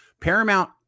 paramount